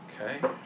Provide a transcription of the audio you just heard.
Okay